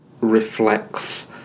reflects